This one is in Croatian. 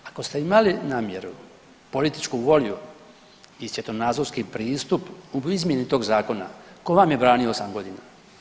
Ako ste imali namjeru, političku volju i svjetonazorski pristup u izmjeni tog Zakona, tko vam branio 8 godina?